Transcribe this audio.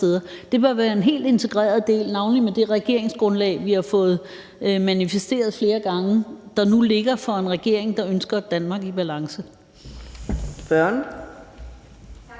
Det bør være en hel integreret del, navnlig med det regeringsgrundlag, vi har fået manifesteret flere gange, og som nu ligger der for en regering, der ønsker et Danmark i balance.